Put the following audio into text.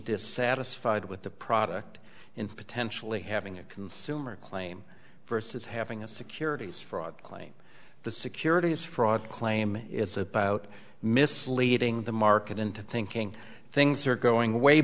dissatisfied with the product in potentially having a consumer claim versus having a securities fraud claim the securities fraud claim it's about misleading the market into thinking things are going way